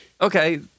Okay